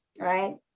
right